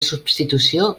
substitució